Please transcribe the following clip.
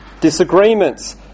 disagreements